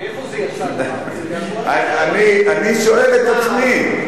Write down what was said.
אני שואל את עצמי.